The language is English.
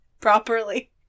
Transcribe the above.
properly